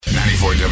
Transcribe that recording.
94